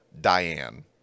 Diane